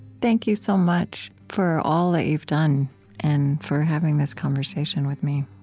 thank you so much for all that you've done and for having this conversation with me